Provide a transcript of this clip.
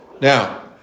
Now